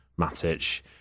Matic